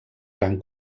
gran